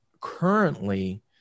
currently